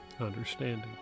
understanding